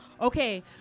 Okay